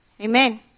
Amen